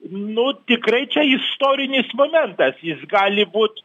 nu tikrai čia istorinis momentas jis gali būt